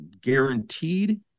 guaranteed